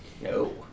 No